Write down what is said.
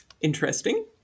interesting